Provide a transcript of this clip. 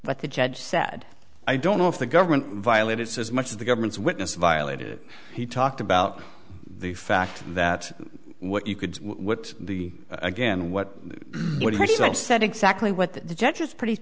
but the judge said i don't know if the government violated as much of the government's witness violated he talked about the fact that what you could what the again what i said exactly what the judge was pretty